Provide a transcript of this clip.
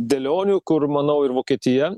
dėlionių kur manau ir vokietija